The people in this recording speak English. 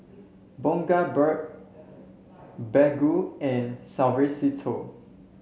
Bundaberg Baggu and Suavecito